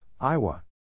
Iowa